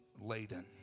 laden